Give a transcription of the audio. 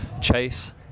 chase